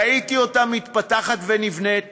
ראיתי אותה מתפתחת ונבנית